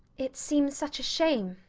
it seems such a shame,